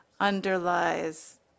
underlies